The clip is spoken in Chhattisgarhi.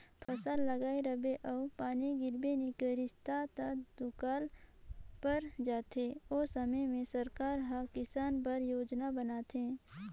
फसल लगाए रिबे अउ पानी गिरबे नी करिस ता त दुकाल पर जाथे ओ समे में सरकार हर किसान बर योजना बनाथे